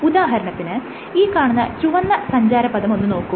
ഉദാഹരണത്തിന് ഈ കാണുന്ന ചുവന്ന സഞ്ചാരപഥം ഒന്ന് നോക്കൂ